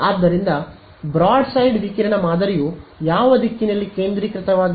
ಆದ್ದರಿಂದ ಬ್ರಾಡ್ಸೈಡ್ ವಿಕಿರಣ ಮಾದರಿಯು ಯಾವ ದಿಕ್ಕಿನಲ್ಲಿ ಕೇಂದ್ರೀಕೃತವಾಗಿದೆ